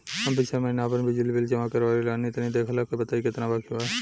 हम पिछला महीना आपन बिजली बिल जमा करवले रनि तनि देखऽ के बताईं केतना बाकि बा?